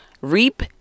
reap